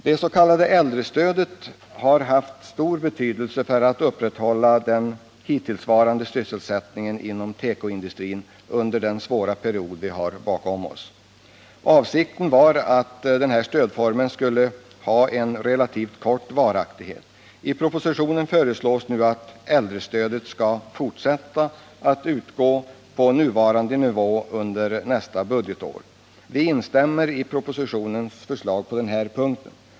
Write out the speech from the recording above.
Det s.k. äldrestödet har haft stor betydelse för upprätthållandet av den hittillsvarande sysselsättningen inom tekoindustrin under den svåra period vi har bakom oss. Avsikten var att denna stödform skulle ha en relativt kort varaktighet. I propositionen föreslås nu att äldrestödet skall bibehållas på nuvarande nivå under nästa budgetår. Vi instämmer i propositionens förslag på den punkten.